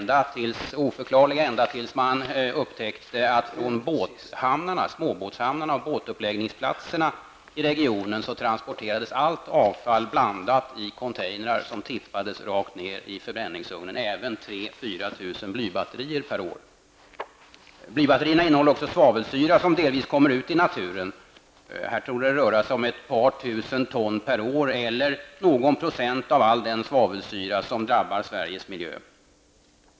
Detta fortgick tills man upptäckte att från småbåtshamnarna och båtuppläggningsplatserna i regionen tranporterades allt avfall blandat i containrar som tippades rakt ner i förbränningsugnen, dvs. även Blybatterierna innehåller också svavelsyra som delvis kommer ut i naturen. Här torde det röra sig om ett par tusen ton per år eller några procent av all den svavelsyra som drabbar Sveriges miljö.